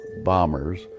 bombers